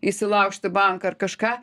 įsilaužt į banką ar kažką